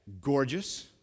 Gorgeous